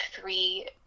three